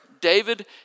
David